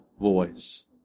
voice